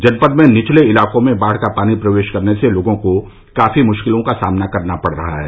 जनपद में निचले इलाकों में बाढ़ का पानी प्रवेश करने से लोगों को काफी मुश्किलों का सामना करना पड़ रहा है